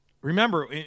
Remember